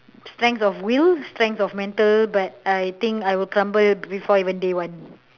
strengths of will strengths of mental but I think I will crumble before even day one